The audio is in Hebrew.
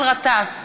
גטאס,